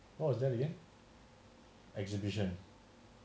uh what was that again exhibition